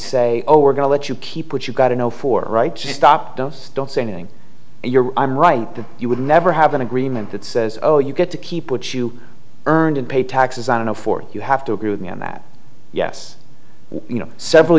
say oh we're going to let you keep what you got in zero four right she stopped us don't say anything and you're i'm right that you would never have an agreement that says oh you get to keep what you earned and pay taxes on a four you have to agree with me on that yes you know several